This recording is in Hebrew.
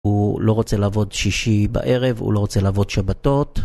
הוא לא רוצה לעבוד שישי בערב, הוא לא רוצה לעבוד שבתות.